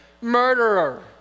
murderer